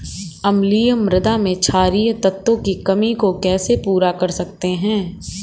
अम्लीय मृदा में क्षारीए तत्वों की कमी को कैसे पूरा कर सकते हैं?